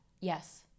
yes